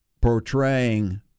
portraying